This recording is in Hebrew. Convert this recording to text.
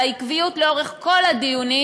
על העקביות לאורך כל הדיונים,